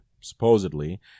supposedly